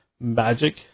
magic